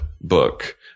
book